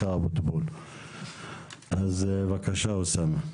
בבקשה אוסאמה.